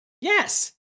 Yes